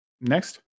Next